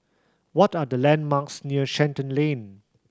what are the landmarks near Shenton Lane